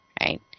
Right